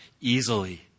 easily